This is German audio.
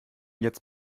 jetzt